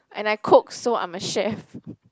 and I cook so I'm a chef